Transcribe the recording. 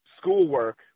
schoolwork